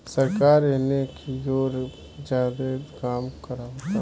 सरकार एने कियोर ज्यादे काम करावता